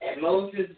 Moses